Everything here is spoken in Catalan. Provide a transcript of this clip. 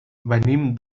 venim